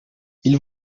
ils